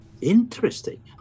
Interesting